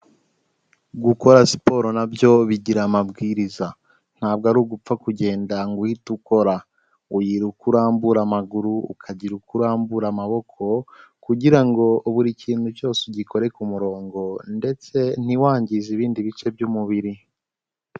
Gukora siporo nabyo bigira amabwiriza, ntabwo ari ugupfa kugenda ngo uhite ukora, ugira uko urambura amaguru, ukagira uko urambura amaboko kugira ngo buri kintu cyose ugikore ku murongo ndetse ntiwangize ibindi bice by'umubiri.